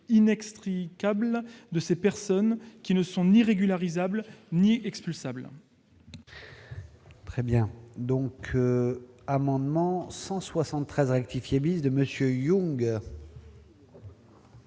inextricable de ces personnes qui ne sont ni régularisables ni expulsables.